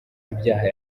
ibyaha